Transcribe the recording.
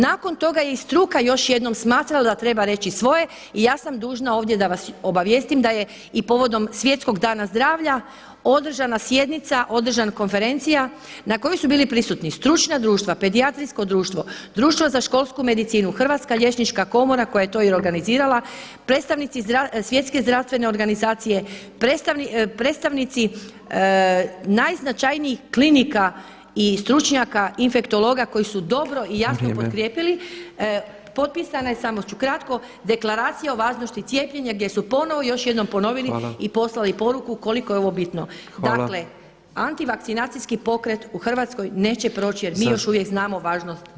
Nakon toga je i struka još jednom smatrala da treba reći svoje i ja sam dužna ovdje da vas obavijestim da je i povodom Svjetskog dana zdravlja održana sjednica, održana konferencija na kojoj su bili prisutni stručna društva, pedijatrijsko društvo, Društvo za školsku medicinu, Hrvatska liječnička komora koja je to i organizirala, predstavnici Svjetske zdravstvene organizacije, predstavnici najznačajnijih klinika i stručnjaka infektologa koji su dobro i jasno potkrijepili [[Upadica predsjednik: Vrijeme.]] Potpisana je, samo ću kratko, Deklaracija o važnosti cijepljenja gdje su ponovo još jednom ponovili i poslali poruku koliko je ovo bitno [[Upadica predsjednik: Hvala.]] Dakle, antivakcinacijski pokret u Hrvatskoj neće proći jer mi još uvijek znamo važnost